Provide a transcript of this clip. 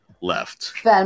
left